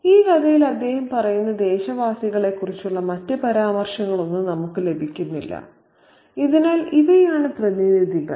ഈ കഥയിൽ അദ്ദേഹം പറയുന്ന ദേശവാസികളെക്കുറിച്ചുള്ള മറ്റ് പരാമർശങ്ങളൊന്നും നമ്മൾക്ക് ലഭിക്കുന്നില്ല അതിനാൽ ഇവയാണ് പ്രതിനിധികൾ